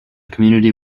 community